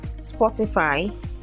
Spotify